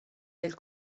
del